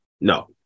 No